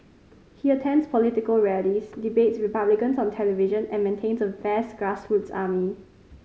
he attends political rallies debates Republicans on television and maintains a vast grassroots army